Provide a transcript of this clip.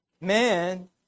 Man